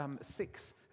six